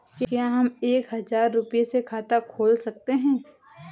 क्या हम एक हजार रुपये से खाता खोल सकते हैं?